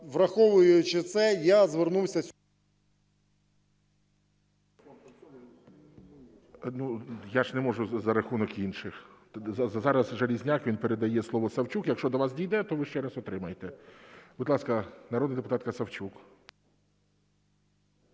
враховуючи це, я звернувся… ГОЛОВУЮЧИЙ. Я ж не можу, за рахунок інших. Зараз Железняк, він передає слово Савчук. Якщо до вас дійде, то ви ще раз отримаєте. Будь ласка, народна депутатка Савчук.